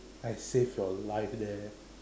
I saved your life there